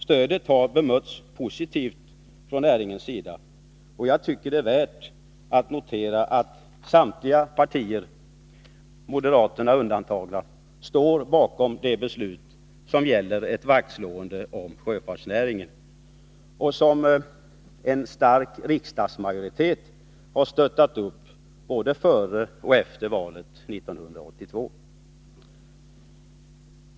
Stödet har bemötts positivt från näringens sida, och jag tycker att det är värt att notera att samtliga partier, moderaterna undantagna, står bakom det beslut som gäller ett vaktslående om sjöfartsnäringen, som en stark riksdagsmajoritet har stöttat upp både före och efter valet 1982.